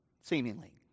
Seemingly